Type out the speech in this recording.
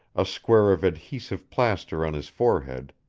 a square of adhesive plaster on his forehead,